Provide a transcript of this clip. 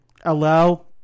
allow